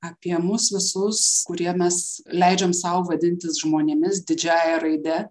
apie mus visus kurie mes leidžiam sau vadintis žmonėmis didžiąja raide